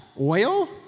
Oil